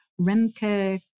Remke